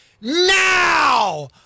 now